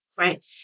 Right